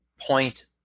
point